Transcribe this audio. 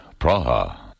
Praha